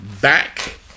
back